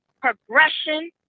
progression